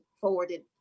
forwarded